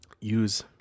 use